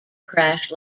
crash